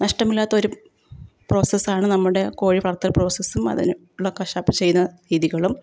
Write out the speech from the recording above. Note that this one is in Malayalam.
നഷ്ടമില്ലാത്തൊരു പ്രോസസ്സാണ് നമ്മുടെ കോഴി വളർത്തൽ പ്രോസസ്സും അതിനുള്ള കശാപ്പ് ചെയ്യുന്ന രീതികളും